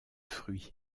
fruits